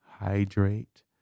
Hydrate